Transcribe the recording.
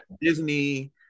Disney